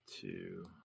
two